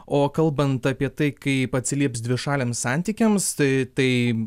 o kalbant apie tai kaip atsilieps dvišaliams santykiams tai tai